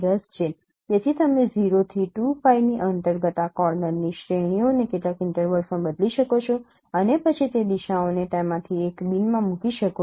તેથી તમે 0 થી 2π ની અંતર્ગત આ કોર્નરઓની શ્રેણીને કેટલાક ઇન્ટરવલ્સમાં બદલી શકો છો અને તે પછી તે દિશાઓને તેમાંથી એક બીન માં મૂકી શકો છો